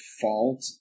fault